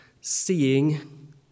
seeing